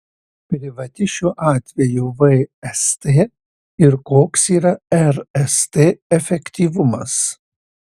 privati šiuo atveju vst ir koks yra rst efektyvumas